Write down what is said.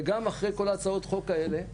וגם אחרי כל הצעות החוק האלה,